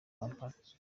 kampala